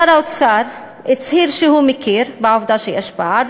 שר האוצר הצהיר שהוא מכיר בעובדה שיש פער,